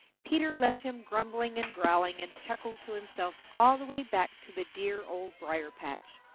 peter left him grumbling and growling, and chuckled to himself all the way back to the dear old briar-patch.